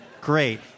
great